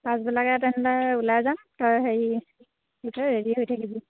পাছবেলাকৈ তেনেহ'লে ওলাই যাম তই হেৰি গোটেই ৰেডি হৈ থাকিবি